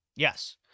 Yes